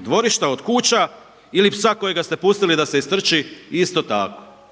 dvorišta od kuća ili psa kojega ste pustili da se istrči isto tako.